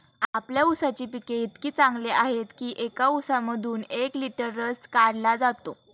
आपल्या ऊसाची पिके इतकी चांगली आहेत की एका ऊसामधून एक लिटर रस काढला जातो